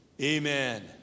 Amen